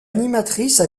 animatrice